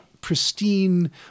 pristine